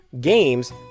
games